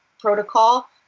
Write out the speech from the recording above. protocol